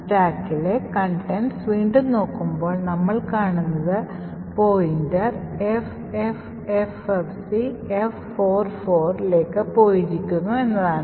സ്റ്റാക്കിലെ contents വീണ്ടും നോക്കുമ്പോൾ നമ്മൾ കാണുന്നത് സ്റ്റാക്ക് pointer ffffcf44 ലേക്ക് പോയിരിക്കുന്നു എന്നതാണ്